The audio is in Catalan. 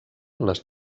les